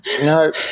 no